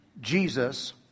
Jesus